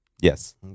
Yes